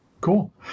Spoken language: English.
Cool